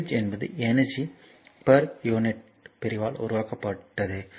voltage என்பது energy per unit பிரிவால் உருவாக்கப்பட்டது